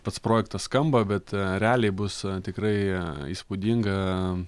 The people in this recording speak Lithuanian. pats projektas skamba bet realiai bus tikrai įspūdinga